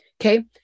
Okay